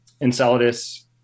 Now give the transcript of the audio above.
Enceladus